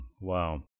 Wow